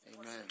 Amen